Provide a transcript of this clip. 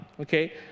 okay